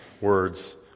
words